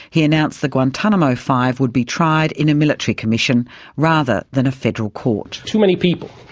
he announced the guantanamo five would be tried in a military commission rather than a federal court. too many people,